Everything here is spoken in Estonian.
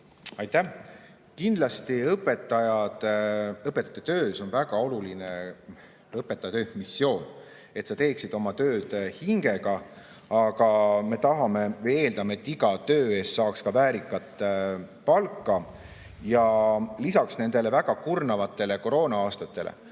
Aitäh! Kindlasti õpetajate töös on väga oluline õpetaja missioon, et ta teeks oma tööd hingega. Aga me tahame, me eeldame, et iga töö eest saaks ka väärikat palka. Ja lisaks nendele väga kurnavatele koroona-aastatele